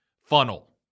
funnel